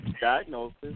diagnosis